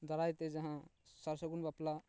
ᱫᱟᱨᱟᱭ ᱛᱮ ᱡᱟᱦᱟᱸ ᱥᱟᱨ ᱥᱟᱹᱜᱩᱱ ᱵᱟᱯᱞᱟ